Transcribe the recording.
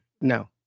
No